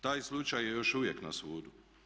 Taj slučaj je još uvijek na sudu.